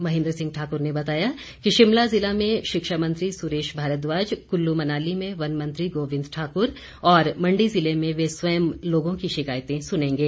महेन्द्र सिंह ठाकुर ने बताया कि शिमला जिला में शिक्षा मंत्री सुरेश भारद्वाज कुल्लू मनाली में वन मंत्री गोबिंद ठाकुर और मण्डी जिले में वे स्वयं लोगों की शिकायतें सुनेंगे